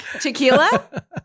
Tequila